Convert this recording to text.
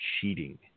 cheating